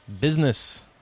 Business